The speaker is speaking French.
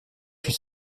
fut